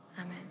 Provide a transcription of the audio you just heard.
Amen